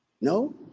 No